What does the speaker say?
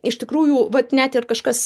iš tikrųjų vat net ir kažkas